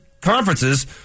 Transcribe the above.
conferences